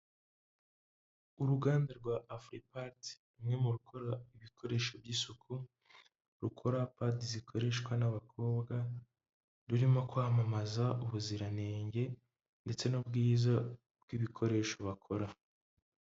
Uruganda rwa Afuripadi rumwe mu rukora ibikoresho by'isuku rukora padi zikoreshwa n'abakobwa rurimo kwamamaza ubuziranenge ndetse n'ubwiza bw'ibikoresho bakora.